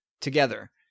together